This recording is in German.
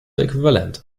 äquivalent